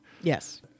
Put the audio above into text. Yes